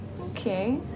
Okay